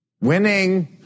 winning